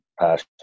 past